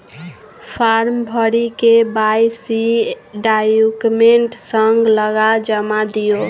farm भरि KYC document संग लगा जमा दियौ